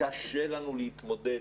אבל קשה לנו להתמודד